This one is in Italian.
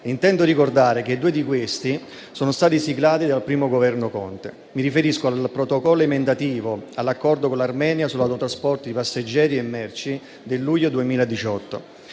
Intendo ricordare che due di questi sono stati siglati dal primo Governo Conte: mi riferisco al Protocollo emendativo all'Accordo con l'Armenia sull'autotrasporto di passeggeri e merci del luglio 2018